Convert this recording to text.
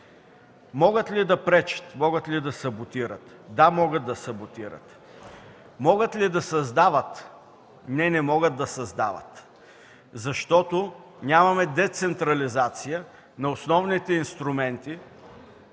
Могат ли да пречат, могат ли да саботират?! Да, могат да саботират. Могат ли да създават? Не, не могат да създават, защото нямаме децентрализация на основните инструменти